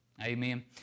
Amen